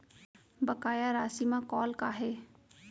बकाया राशि मा कॉल का हे?